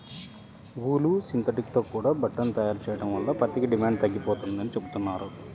ఊలు, synthetic తో కూడా బట్టని తయారు చెయ్యడం వల్ల పత్తికి డిమాండు తగ్గిపోతందని చెబుతున్నారు